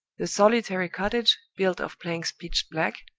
the solitary cottage, built of planks pitched black,